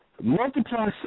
Multiply